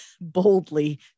boldly